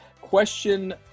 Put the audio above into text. Question